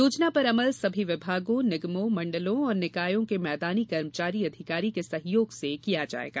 योजना पर अमल सभी विभागों निगमों मण्डलों और निकायों के मैदानी कर्मचारी अधिकारी के सहयोग से किया जायेगा